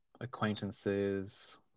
acquaintances